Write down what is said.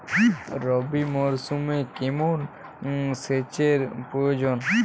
রবি মরশুমে কেমন সেচের প্রয়োজন?